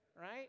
right